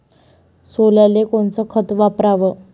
सोल्याले कोनचं खत वापराव?